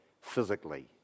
physically